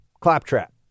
claptrap